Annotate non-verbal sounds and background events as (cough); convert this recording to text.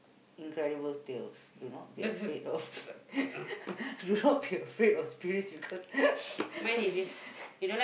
Incredible Tales do not be afraid of (laughs) do not be afraid of spirits because (laughs)